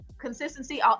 consistency